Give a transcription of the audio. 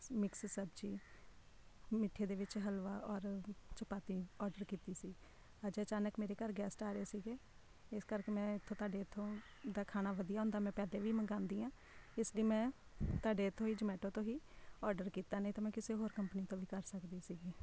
mix ਸਬਜ਼ੀ ਮਿੱਠੇ ਦੇ ਵਿੱਚ ਹਲਵਾ ਔਰ ਚਪਾਤੀ ਔਡਰ ਕੀਤੀ ਸੀ ਅੱਜ ਅਚਾਨਕ ਮੇਰੇ ਘਰ ਗੈੱਸਟ ਆ ਰਹੇ ਸੀਗੇ ਇਸ ਕਰਕੇ ਮੈਂ ਇੱਥੋਂ ਤੁਹਾਡੇ ਇੱਥੋਂ ਦਾ ਖਾਣਾ ਵਧੀਆ ਹੁੰਦਾ ਮੈਂ ਪਹਿਲੇ ਵੀ ਮੰਗਵਾਉਂਦੀ ਹਾਂ ਇਸ ਲਈ ਮੈਂ ਤੁਹਾਡੇ ਇੱਥੋਂ ਹੀ ਜਮੈਟੋ ਤੋਂ ਹੀ ਔਡਰ ਕੀਤਾ ਨਹੀਂ ਤਾਂ ਮੈਂ ਕਿਸੇ ਹੋਰ ਕੰਪਨੀ ਤੋਂ ਵੀ ਕਰ ਸਕਦੀ ਸੀਗੀ